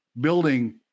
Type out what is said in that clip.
building